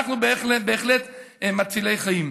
אנחנו בהחלט מצילי חיים.